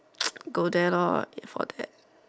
go there lo eat for that